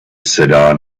sedá